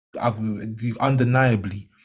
undeniably